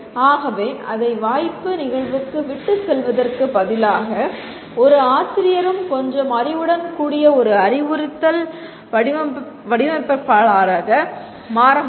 ஆகவே அதை வாய்ப்பு நிகழ்வுக்கு விட்டுச் செல்வதற்குப் பதிலாக ஒரு ஆசிரியரும் கொஞ்சம் அறிவுடன் கூடிய ஒரு அறிவுறுத்தல் வடிவமைப்பாளராக மாற முடியும்